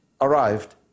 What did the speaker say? arrived